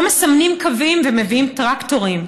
לא מסמנים קווים ומביאים טרקטורים.